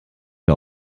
der